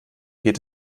geht